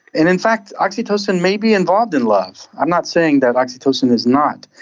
and in fact oxytocin may be involved in love, i'm not saying that oxytocin is not.